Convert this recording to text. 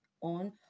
on